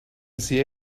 see